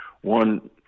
one –